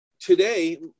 today